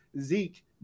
Zeke